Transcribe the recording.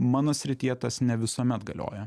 mano srityje tas ne visuomet galioja